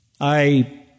I